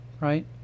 right